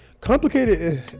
complicated